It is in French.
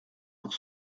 pour